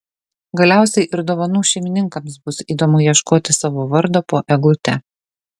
galiausiai ir dovanų šeimininkams bus įdomu ieškoti savo vardo po eglute